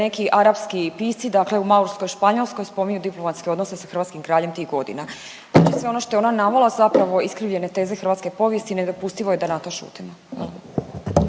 hvala.